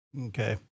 Okay